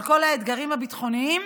על כל האתגרים הביטחוניים,